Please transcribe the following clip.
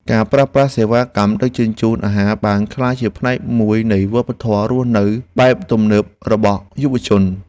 ការប្រើប្រាស់សេវាកម្មដឹកជញ្ជូនអាហារបានក្លាយជាផ្នែកមួយនៃវប្បធម៌រស់នៅបែបទំនើបរបស់យុវជន។